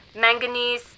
manganese